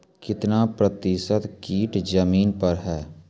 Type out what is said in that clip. कितना प्रतिसत कीट जमीन पर हैं?